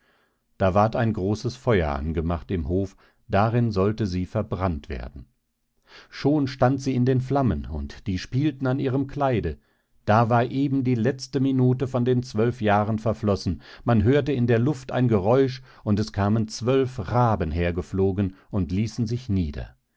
da ward ein großes feuer angemacht im hof darin sollte sie verbrannt werden schon stand sie in den flammen und die spielten an ihrem kleide da war eben die letzte minute von den zwölf jahren verflossen man hörte in der luft ein geräusch und es kamen zwölf raben hergeflogen und ließen sich nieder